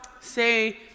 say